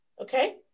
Okay